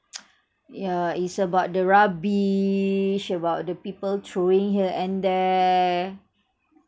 yeah it's about the rubbish about the people throwing here and there